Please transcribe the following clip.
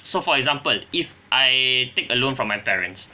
so for example if I take a loan from my parents